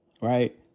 right